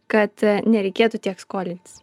kad nereikėtų tiek skolintis